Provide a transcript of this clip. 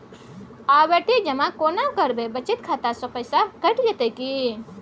आवर्ति जमा केना करबे बचत खाता से पैसा कैट जेतै की?